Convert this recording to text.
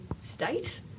state